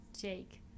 Jake